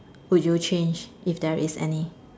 would you change if there is any